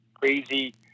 crazy